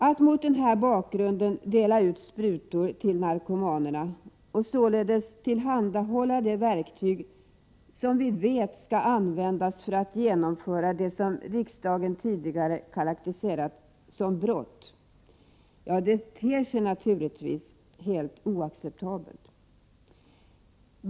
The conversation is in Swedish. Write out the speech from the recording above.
Att mot den bakgrunden dela ut sprutor till narkomaner och således tillhandahålla de verktyg som vi vet skall användas för att genomföra det som riksdagen tidigare har karakteriserat som brott, ter sig naturligtvis helt oacceptabelt.